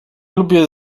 lubię